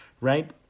right